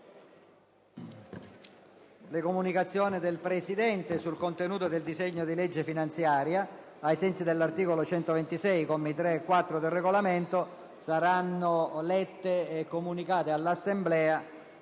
le comunicazioni del Presidente sul contenuto del disegno di legge finanziaria, ai sensi dell'articolo 126, commi 3 e 4, del Regolamento, saranno rese all'Assemblea